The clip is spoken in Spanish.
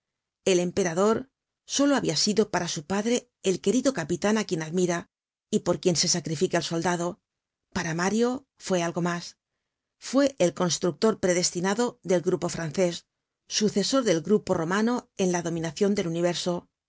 el emperador solo habia sido para su padre el querido capitan á quien admira y por quien se sacrifica el soldado para mario fue algo mas fue el constructor predestinado del grupo francés sucesor del grupo romano en la dominacion del universo